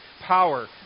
Power